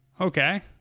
Okay